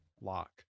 lock